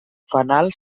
fanal